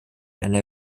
einer